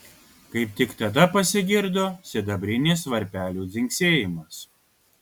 kaip tik tada pasigirdo sidabrinis varpelių dzingsėjimas